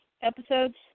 episodes